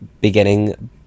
beginning